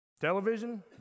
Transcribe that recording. Television